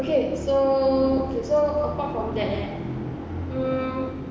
okay so okay so apart from that eh hmm